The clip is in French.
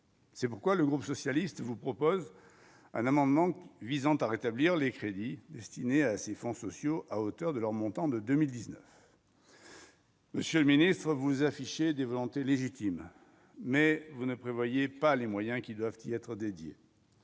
C'est pourquoi le groupe socialiste, vous propose un amendement visant à rétablir les crédits destinés à ces fonds sociaux à hauteur de leur montant de 2019. Monsieur le ministre vous affichez des volonté légitime, mais vous ne prévoyez pas les moyens qui doivent y être cela